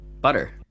Butter